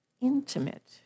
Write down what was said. intimate